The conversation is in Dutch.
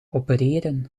opereren